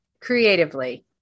creatively